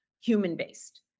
human-based